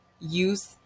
use